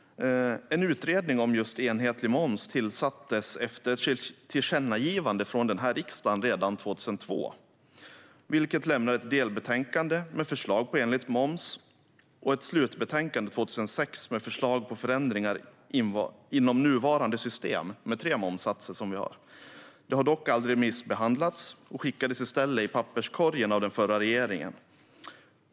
En utredning om just enhetlig moms tillsattes efter ett tillkännagivande från riksdagen redan 2002. Utredningen lämnade ett delbetänkande med förslag på enhetlig moms och ett slutbetänkande 2006 med förslag på förändringar inom nuvarande system med tre momssatser. Utredningen har dock aldrig remissbehandlats, och den skickades i stället i papperskorgen av den förra regeringen.